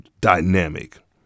dynamic